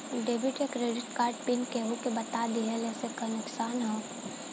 Debit या credit card pin केहूके बता दिहला से का नुकसान ह?